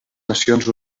nacions